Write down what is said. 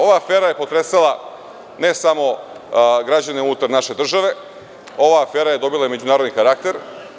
Ova afera je potresala ne samo građane unutar naše države, ova afera je dobila i međunarodni karakter.